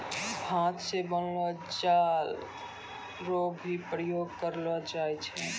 हाथ से बनलो जाल रो भी प्रयोग करलो जाय छै